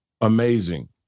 amazing